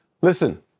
Listen